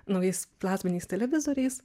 naujais plazminiais televizoriais